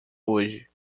hoje